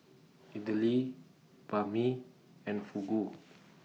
Idili Banh MI and Fugu